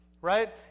right